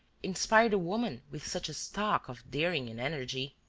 inspired a woman with such a stock of daring and energy?